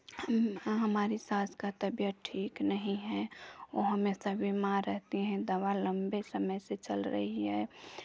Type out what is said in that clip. हमारी सास का तबीयत ठीक नहीं है वो हमेशा बीमार रहती हैं दवा लंबे समय से चल रही है